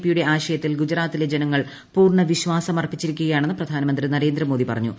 പിയുടെ ആശയത്തിൽ ഗുജൂറ്യാത്തിലെ ജനങ്ങൾ പൂർണ്ണ വിശ്വാസം അർപ്പിച്ചിരിക്കുകയാണ്ണ് പ്രധാനമന്ത്രി നരേന്ദ്രമോദി പറഞ്ഞു